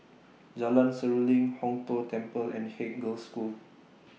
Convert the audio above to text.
Jalan Seruling Hong Tho Temple and Haig Girls' School